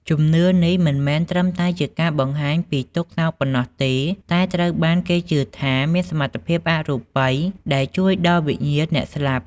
ជំនឿនេះមិនមែនត្រឹមតែជាការបង្ហាញពីទុក្ខសោកប៉ុណ្ណោះទេ តែត្រូវបានគេជឿថាមានអត្ថន័យអរូបិយដែលជួយដល់វិញ្ញាណអ្នកស្លាប់។